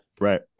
right